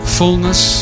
fullness